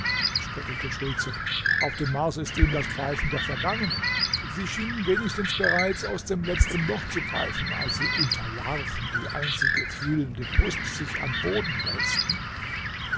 spöttelte schultze auf dem mars ist ihnen das pfeifen doch vergangen sie schienen wenigstens bereits aus dem letzten loch zu pfeifen als sie unter larven die einzige fühlende brust sich am boden wälzten